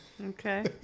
Okay